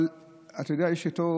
אבל אתה יודע, יש את אותו